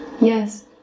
Yes